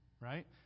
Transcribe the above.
right